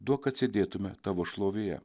duok kad sėdėtume tavo šlovėje